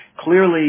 clearly